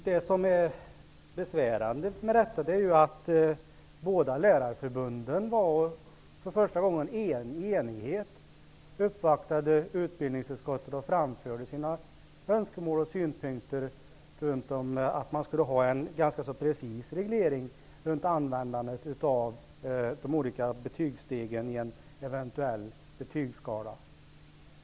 Herr talman! Det besvärande med detta är att båda lärarförbunden, för första gången i enighet, uppvaktade utbildningsutskottet och framförde sina synpunkter om att man skulle ha en ganska precis reglering runt användandet av de olika betygsstegen i en eventuell betygsskala.